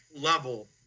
level